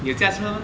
你有驾车吗